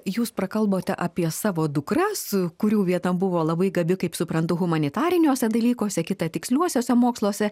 jūs prakalbote apie savo dukras kurių viena buvo labai gabi kaip suprantu humanitariniuose dalykuose kita tiksliuosiuose moksluose